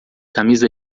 camisa